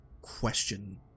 question